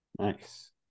Nice